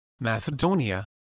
Macedonia